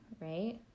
right